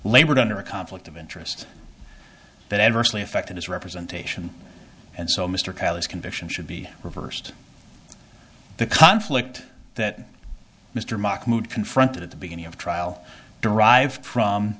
labored under a conflict of interest that adversely affected his representation and so mr callous conviction should be reversed the conflict that mr mock mood confronted at the beginning of the trial derive from